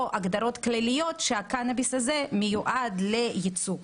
הגדרות כלליות שהקנאביס הזה מיועד לייצוא.